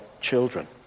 children